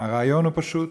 והרעיון הוא פשוט,